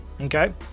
okay